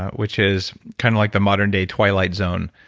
which is kind of like the modern-day twilight zone.